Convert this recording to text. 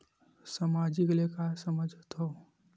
सामाजिक ले का समझ थाव?